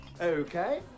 Okay